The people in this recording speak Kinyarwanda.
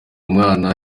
mwana